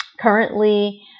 currently